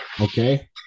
Okay